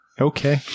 Okay